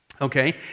Okay